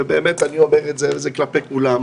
ואני אומר את זה כלפי כולם,